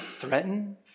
threaten